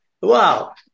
Wow